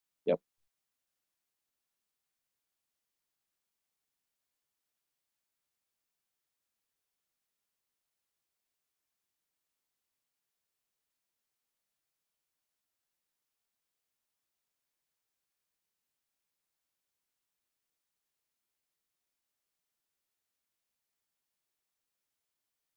yup